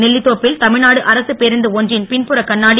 நெல்லித்தோப்பில் தமிழ்நாடு அரசு பேருந்து ஒன்றின் பின்புறக் கண்ணாடி